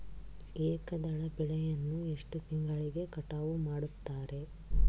ಏಕದಳ ಬೆಳೆಯನ್ನು ಎಷ್ಟು ತಿಂಗಳಿಗೆ ಕಟಾವು ಮಾಡುತ್ತಾರೆ?